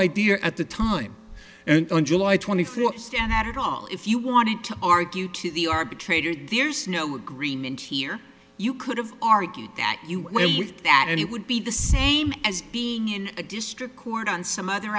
idea at the time on july twenty first and that at all if you wanted to argue to the arbitrator that there's no agreement here you could have argued that you know that and it would be the same as being in a district court on some other